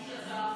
מי הגיש הצעה,